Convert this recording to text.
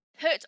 put